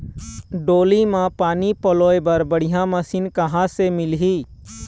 डोली म पानी पलोए बर बढ़िया मशीन कहां मिलही?